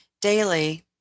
daily